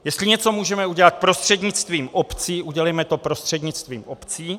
Jestliže můžeme něco udělat prostřednictvím obcí, udělejme to prostřednictvím obcí.